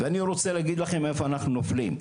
אני רוצה להגיד לכם איפה אנחנו נופלים,